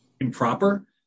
improper